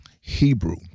Hebrew